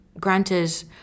granted